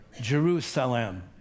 Jerusalem